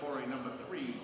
for a number three